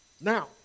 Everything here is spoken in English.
Now